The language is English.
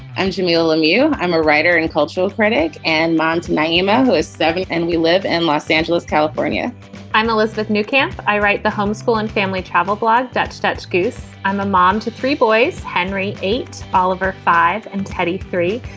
and jamilah lemieux i'm a writer and cultural critic and monde's naima, who is seventh. and we live in los angeles, california i'm elizabeth, new camp. i write the homeschool and family travel blog that starts goose. i'm a mom to three boys, henry eight, oliver five and teddy three.